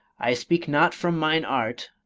i speak not from mine art,